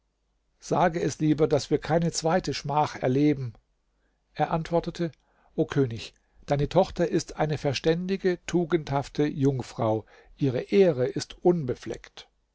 sage es lieber daß wir keine zweite schmach erleben er antwortete o könig deine tochter ist eine verständige tugendhafte jungfrau ihre ehre ist unbefleckt